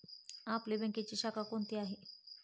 आपली बँकेची शाखा कोणती आहे